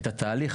את התהליך,